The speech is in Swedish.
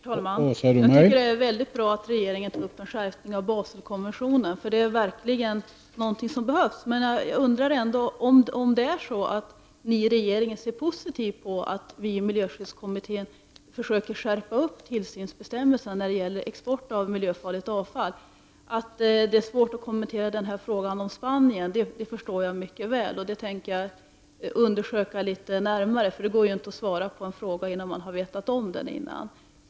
Herr talman! Jag tycker att det är väldigt bra att regeringen tar upp en skärpning av Baselkonventionen, för det behövs verkligen. Jag undrar ändå om ni i regeringen ser positivt på att vi i miljöskyddskommittén försöker skärpa tillsynsbestämmelserna när det gäller export av miljöfarligt avfall. Att det är svårt att konmmentera frågan om Spanien förstår jag mycket väl. Jag tänker undersöka frågan litet närmare, för det går inte att svara på en fråga om man inte har vetat om den i förväg.